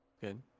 Good